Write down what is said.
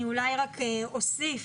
אני אוסיף,